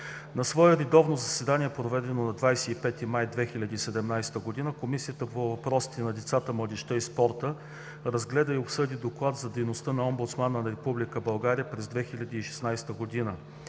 На свое редовно заседание, проведено на 25 май 2017 година, Комисията по въпросите на децата, младежта и спорта разгледа и обсъди Доклад за дейността на омбудсмана на Република България през 2016 г.,